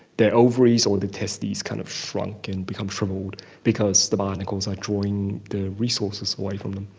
their ovaries or the testes kind of shrink and become shrivelled because the barnacles are drawing the resources away from them.